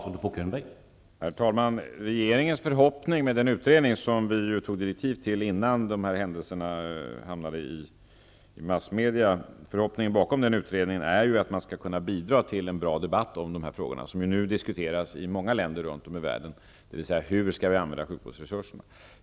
Herr talman! Regeringens förhoppning med den utredning vars direktiv fastställdes innan dessa händelser togs upp i massmedia är att bidra till en bra debatt i de frågor som nu diskuteras i många länder runt om i världen, dvs. hur vi skall använda sjukvårdsresurserna.